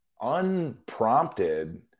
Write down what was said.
Unprompted